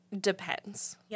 depends